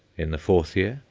in the fourth year,